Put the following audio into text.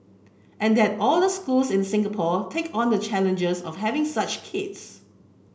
and that all the schools in Singapore take on the challenges of having such kids